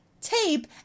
tape